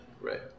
right